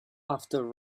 after